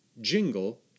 jingle